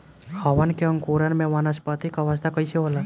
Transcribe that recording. हमन के अंकुरण में वानस्पतिक अवस्था कइसे होला?